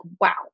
wow